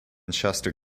chester